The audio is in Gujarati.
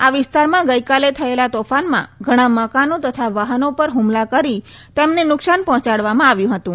આ વિસ્તારમાં ગઈકાલે થયેલા તોફાનમાં ઘણાં મકાનો તથા વાહનો પર હુમલા કરી તેમને નુકસાન પહોંચાડવામાં આવ્યું હતું